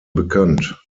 bekannt